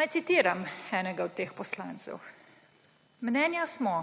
Naj citiram enega od teh poslancev: »Mnenja smo,